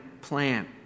plan